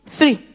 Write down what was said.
Three